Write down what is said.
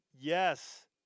Yes